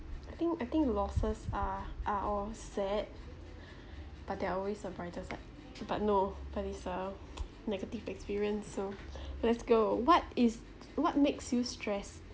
I think I think losses are are all sad but there are always a brighter side but no but is a negative experience so let's go what is what makes you stressed